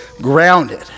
grounded